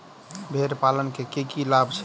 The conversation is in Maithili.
भेड़ पालन केँ की लाभ छै?